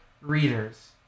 readers